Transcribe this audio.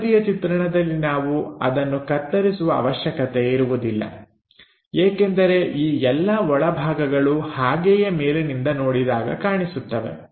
ಮೇಲ್ಬದಿಯ ಚಿತ್ರಣದಲ್ಲಿ ನಾವು ಅದನ್ನು ಕತ್ತರಿಸುವ ಅವಶ್ಯಕತೆ ಇರುವುದಿಲ್ಲ ಏಕೆಂದರೆ ಈ ಎಲ್ಲಾ ಒಳ ಭಾಗಗಳು ಹಾಗೆಯೇ ಮೇಲಿನಿಂದ ನೋಡಿದಾಗ ಕಾಣಿಸುತ್ತವೆ